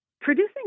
producing